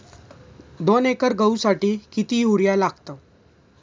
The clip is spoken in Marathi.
दोन एकर गहूसाठी किती युरिया लागतो?